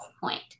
point